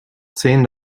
zehn